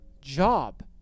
job